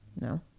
no